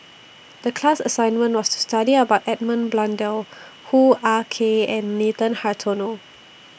The class assignment was to study about Edmund Blundell Hoo Ah Kay and Nathan Hartono